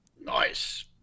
Nice